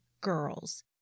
girls